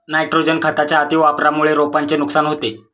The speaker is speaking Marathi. नायट्रोजन खताच्या अतिवापरामुळे रोपांचे नुकसान होते